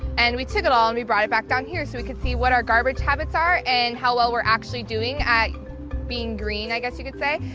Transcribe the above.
and we took it all, and we brought it back down here, so we could see what our garbage habits are, and how well we're actually doing at being green, i guess you could say.